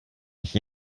sich